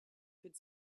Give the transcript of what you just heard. could